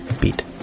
Beat